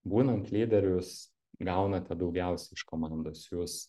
būnant lyderiu jūs gaunate daugiausiai iš komandos jūs